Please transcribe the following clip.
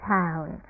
town